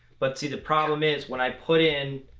but see, the problem is when i put in.